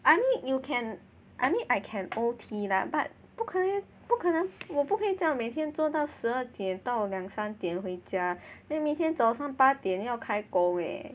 I mean you can I mean I can O_T lah but 不可能不可能我不可以这样每天做到十二点到两三点回家 then 明天早上八点要开工 eh